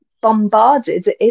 Bombarded